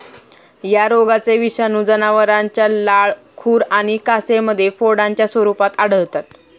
या रोगाचे विषाणू जनावरांच्या लाळ, खुर आणि कासेमध्ये फोडांच्या स्वरूपात आढळतात